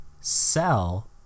sell